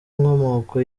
nkomoko